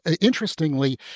interestingly